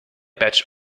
batch